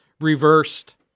reversed